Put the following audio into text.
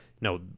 No